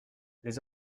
les